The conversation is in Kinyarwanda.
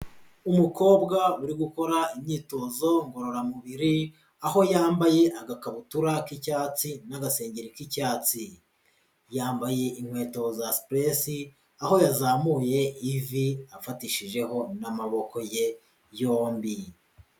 Umukobwa uri gukora imyitozo ngororamubiri, aho yambaye agakabutura k'icyatsi n'agasenge k'icyatsi, yambaye inkweto za sipuresi, aho yazamuye ivi afatishijeho n'amaboko ye yombi.